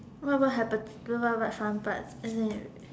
what what happen like some parts and then you